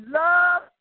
love